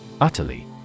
Utterly